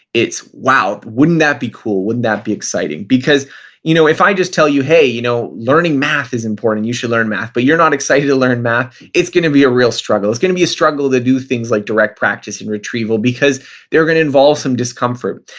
it's wow, wouldn't that be cool. wouldn't that be exciting. because you know if i just tell you, hey, you know learning math is important. you should learn math, but you're not excited to learn math, it's going to be a real struggle. it's going to be a struggle to do things like direct practice and retrieval because they're going to involve some discomfort.